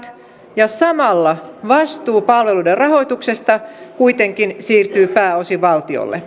maakunnat ja samalla vastuu palveluiden rahoituksesta kuitenkin siirtyy pääosin valtiolle